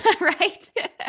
right